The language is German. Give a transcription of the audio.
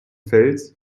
fels